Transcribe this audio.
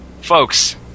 folks